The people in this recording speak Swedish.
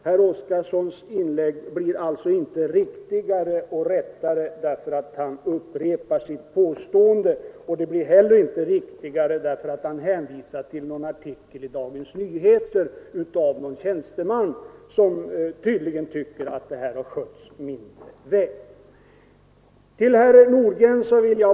Herr Oskarsons inlägg blir inte mera rätt och riktigt för att han upprepar sina påståenden och inte heller för att han hänvisar till en artikel i Dagens Nyheter av någon tjänsteman som tydligen tycker att det här handlagts mindre väl.